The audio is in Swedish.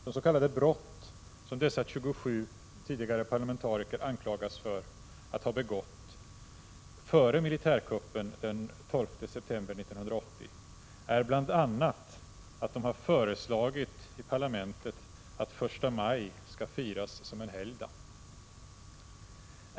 De s.k. brott som dessa 27 tidigare parlamentariker anklagas för att ha begått före militärkuppen den 12 september 1980 är bl.a. att de föreslagit i parlamentet att första maj skall firas som en helgdag.